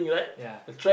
ya